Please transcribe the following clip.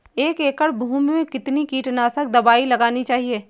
एक एकड़ भूमि में कितनी कीटनाशक दबाई लगानी चाहिए?